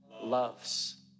loves